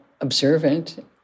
observant